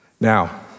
Now